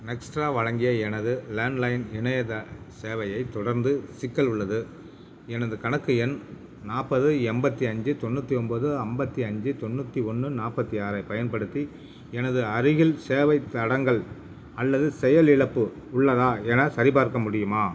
Nextra வழங்கிய எனது landline இணைய த சேவையை தொடர்ந்து சிக்கல் உள்ளது எனது கணக்கு எண் நாற்பது எண்பத்தி அஞ்சு தொண்ணூற்றி ஒன்போது ஐம்பத்தி அஞ்சு தொண்ணூற்றி ஒன்று நாற்பத்தி ஆறைப் பயன்படுத்தி எனது அருகில் சேவைத் தடங்கல் அல்லது செயலிழப்பு உள்ளதா எனச் சரிபார்க்க முடியுமா